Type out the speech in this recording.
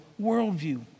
worldview